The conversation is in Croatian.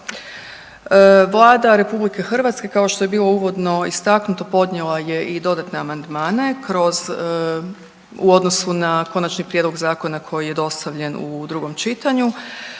Vlada RH kao što je bilo uvodno istaknuto podnijela je i dodatne amandmane u odnosu na konačni prijedlog zakona koji je dostavljen u drugom čitanju.